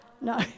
No